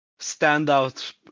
standout